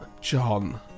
John